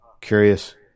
curious